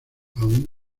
aun